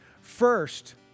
First